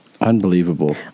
unbelievable